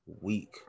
week